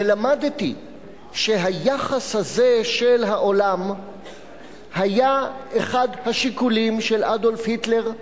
ולמדתי שהיחס הזה של העולם היה אחד השיקולים של אדולף היטלר,